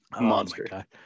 monster